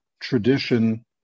tradition